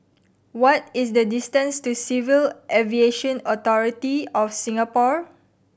what is the distance to Civil Aviation Authority of Singapore